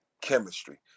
chemistry